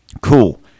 Cool